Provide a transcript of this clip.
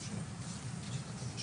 הישן.